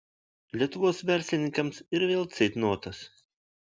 lietuvos verslininkams ir vėl ceitnotas